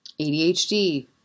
ADHD